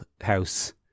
house